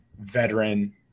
veteran